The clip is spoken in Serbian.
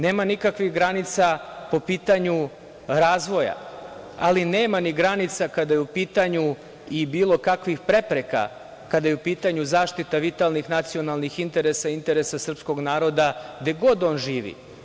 Nema nikakvih granica po pitanju razvoja, ali nema ni granica kada je u pitanju, i bilo kakvih prepreka, zaštita vitalnih nacionalnih interesa i interesa srpskog naroda gde god on živi.